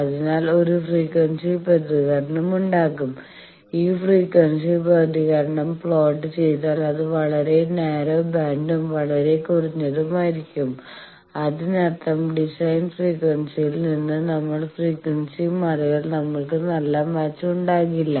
അതിനാൽ ഒരു ഫ്രീക്വൻസി പ്രതികരണമുണ്ടാകും ഈ ഫ്രീക്വൻസി പ്രതികരണം പ്ലോട്ട് ചെയ്താൽ അത് വളരെ നാരോ ബാൻഡും വളരെ കൂർത്തതായിരിക്കു അതിനർത്ഥം ഡിസൈൻ ഫ്രീക്വൻസിയിൽ നിന്ന് നമ്മൾ ഫ്രീക്വൻസി മാറിയാൽ നമ്മൾക്ക് നല്ല മാച്ച് ഉണ്ടാകില്ല